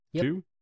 two